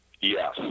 Yes